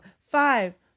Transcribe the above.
Five